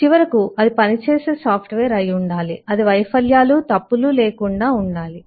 చివరకు అది పని చేసే సాఫ్ట్వేర్ అయి ఉండాలి అది వైఫల్యాలు తప్పులు లేకుండా ఉండాలి